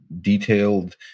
detailed